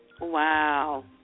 Wow